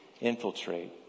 infiltrate